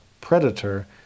predator